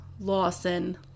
Lawson